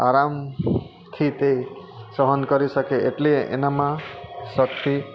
આરામથી તે સહન કરી શકે એટલી એનામાં શક્તિ